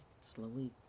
slowly